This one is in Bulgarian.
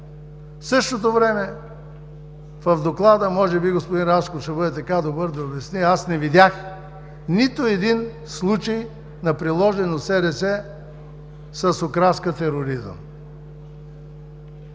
В същото време в Доклада – може би господин Рашков ще бъде така добър да обясни, не видях нито един случай на приложено СРС с окраска „тероризъм“.